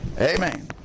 Amen